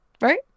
Right